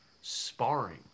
sparring